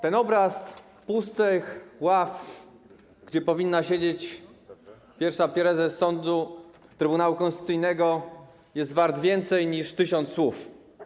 Ten obraz pustych ław, gdzie powinna siedzieć pierwsza prezes Trybunału Konstytucyjnego, jest wart więcej niż tysiąc słów.